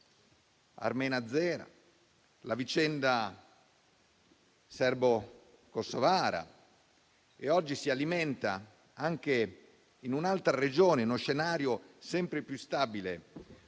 armena-azera e la vicenda serbo-kosovara e oggi si alimenta anche in un'altra regione con uno scenario sempre più instabile